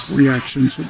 reactions